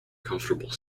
comfortable